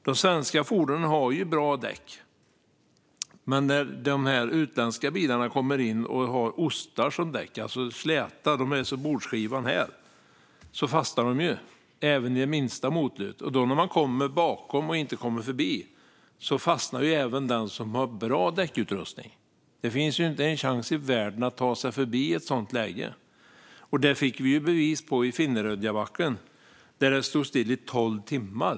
De svenska fordonen har ju bra däck, men de utländska bilarna som kommer in har ostar som däck. De är alltså släta; de är som bordsskivan här. De bilarna fastnar i minsta motlut, och då fastnar även den som har bra däckutrustning när den kommer bakom och inte kommer förbi. Det finns ju inte en chans i världen att ta sig förbi i ett sådant läge. Det här fick vi bevis på i Finnerödjabacken, där trafiken stod still i tolv timmar.